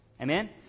Amen